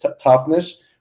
toughness